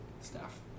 staff